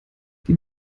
die